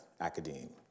academe